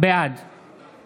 בעד